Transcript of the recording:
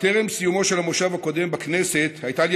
טרם סיומו של המושב הקודם בכנסת הייתה לי